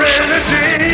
energy